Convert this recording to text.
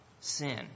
sin